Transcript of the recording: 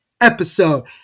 episode